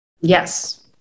Yes